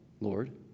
Lord